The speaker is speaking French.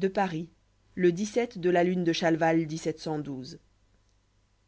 à paris le de la lune de chalval